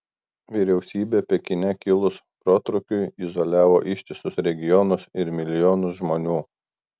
vyriausybė pekine kilus protrūkiui izoliavo ištisus regionus ir milijonus žmonių